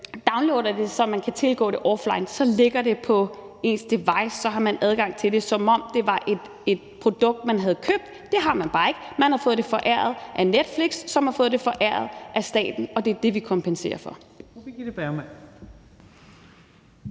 så man kan tilgå det offline, så ligger det på ens device, og så har man adgang til det, som om det var et produkt, man havde købt. Det har man bare ikke – man har fået det foræret af Netflix, som har fået det foræret af staten, og det er det, vi kompenserer for.